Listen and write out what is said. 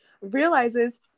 realizes